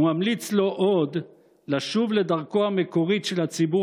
וממליץ לו עוד לשוב לדרכו המקורית של הציבור